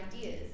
ideas